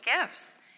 gifts